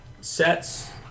sets